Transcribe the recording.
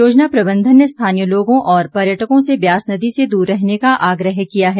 योजना प्रबंधन ने स्थानीय लोगों और पर्यटकों से ब्यास नदी से दूर रहने का आग्रह किया है